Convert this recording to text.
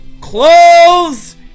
clothes